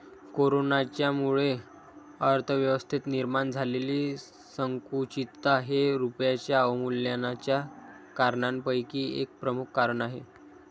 कोरोनाच्यामुळे अर्थव्यवस्थेत निर्माण झालेली संकुचितता हे रुपयाच्या अवमूल्यनाच्या कारणांपैकी एक प्रमुख कारण आहे